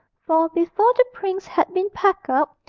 for, before the prince had been packed up,